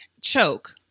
choke